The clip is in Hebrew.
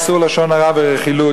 איסור לשון הרע ורכילות,